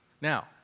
Now